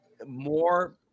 more –